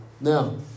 Now